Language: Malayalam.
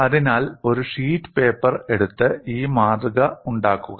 അതിനാൽ ഒരു ഷീറ്റ് പേപ്പർ എടുത്ത് ഈ മാതൃക ഉണ്ടാക്കുക